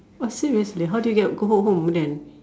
oh serious then how did you get go ho~ home then